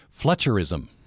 Fletcherism